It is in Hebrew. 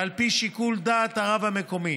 ועל פי שיקול דעת הרב המקומי,